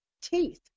teeth